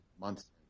months